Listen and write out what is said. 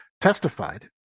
testified